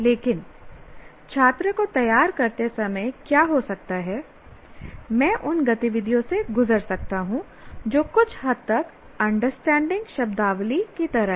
लेकिन छात्र को तैयार करते समय क्या हो सकता है मैं उन गतिविधियों से गुजर सकता हूं जो कुछ हद तक अंडरस्टैंडिंग शब्दावली की तरह हैं